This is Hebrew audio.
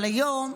אבל היום,